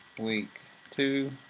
week two.